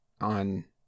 on